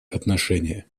отношения